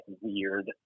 weird